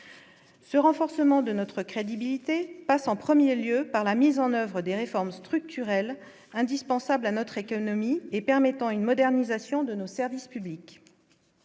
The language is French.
ce renforcement de notre crédibilité passe en 1er lieu par la mise en oeuvre des réformes structurelles indispensables à notre économie et permettant une modernisation de nos services publics,